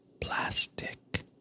plastic